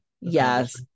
yes